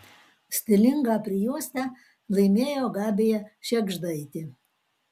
stilingą prijuostę laimėjo gabija šėgždaitė